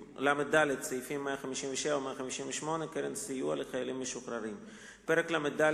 סעיפים 257 258 (קרן לסיוע לחיילים משוחררים); פרק ל"ד,